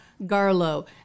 Garlow